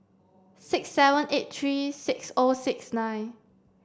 six seven eight three six O six nine